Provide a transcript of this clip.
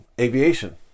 aviation